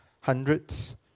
hundreds